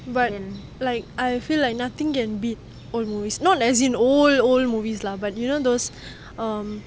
but like I feel like nothing can beat old movies not as in old old movies lah but you know those um